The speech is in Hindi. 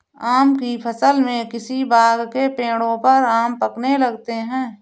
आम की फ़सल में किसी बाग़ के पेड़ों पर आम पकने लगते हैं